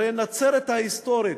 הרי נצרת ההיסטורית,